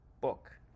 book